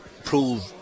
prove